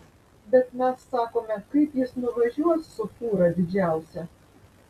bet mes sakome kaip jis nuvažiuos su fūra didžiausia